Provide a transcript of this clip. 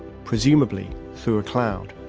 presumably through a cloud.